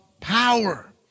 power